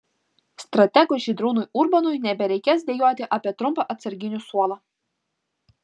strategui žydrūnui urbonui nebereikės dejuoti apie trumpą atsarginių suolą